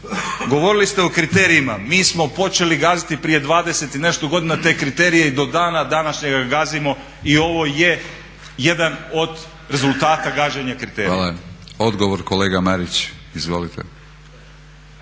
Govorili ste o kriterijima, mi smo počeli gaziti prije dvadeset i nešto godina te kriterije i do dana današnjega gazimo i ovo je jedan od rezultata gaženja kriterija. **Batinić, Milorad (HNS)** Hvala. Odgovor kolega Marić. Izvolite.